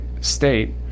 state